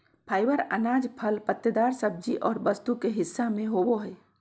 fibre अनाज, फल पत्तेदार सब्जी और वस्तु के हिस्सा में होबो हइ